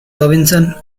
robinson